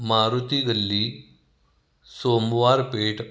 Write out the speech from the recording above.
Marutigalli Somwar Peth